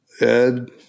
Ed